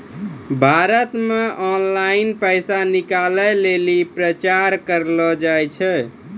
भारत मे ऑनलाइन पैसा निकालै लेली प्रचार करलो जाय छै